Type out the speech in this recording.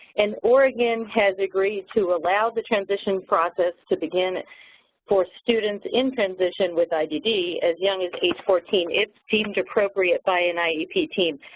and oregon has agreed to allow the transition process to begin for students in transition with i dd as young as age fourteen, if deemed appropriate by an iep iep team.